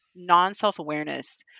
non-self-awareness